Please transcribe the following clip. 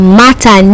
matter